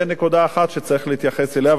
זו נקודה אחת שצריך להתייחס אליה.